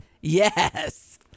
Yes